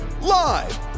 Live